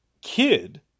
kid